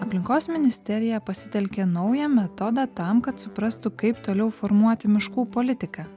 aplinkos ministerija pasitelkė naują metodą tam kad suprastų kaip toliau formuoti miškų politiką